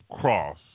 cross